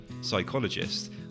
psychologist